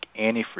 antifreeze